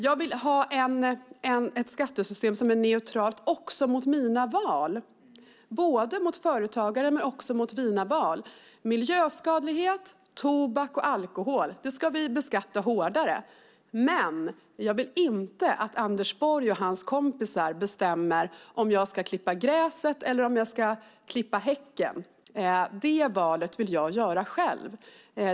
Jag vill ha ett skattesystem som är neutralt inte bara mot företagare utan också mot mina val. Miljöskadlighet, tobak och alkohol ska vi beskatta hårdare, men jag vill inte att Anders Borg och hans kompisar bestämmer om jag ska klippa gräset eller om jag ska klippa häcken. Detta val vill jag göra själv.